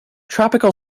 tropical